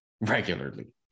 regularly